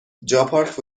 جاپارک